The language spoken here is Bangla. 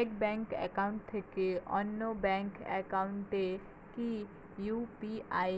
এক ব্যাংক একাউন্ট থেকে অন্য ব্যাংক একাউন্টে কি ইউ.পি.আই